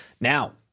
Now